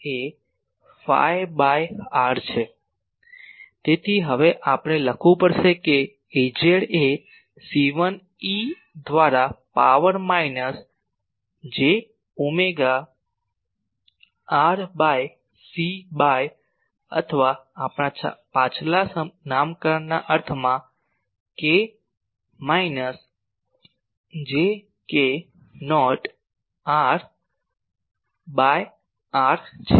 તેથી હવે આપણે લખવું પડશે કે Az એ c1 e દ્વારા power minus j omega r ભાગ્યા c ભાગ્યા અથવા આપણા પાછલા નામકરણના અર્થ માં k minus j k naught r ભાગ્યા r છે